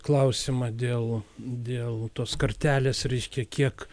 klausimą dėl dėl tos kartelės reiškia kiek